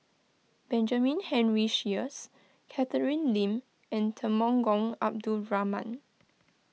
Benjamin Henry Sheares Catherine Lim and Temenggong Abdul Rahman